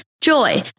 JOY